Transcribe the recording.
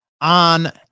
on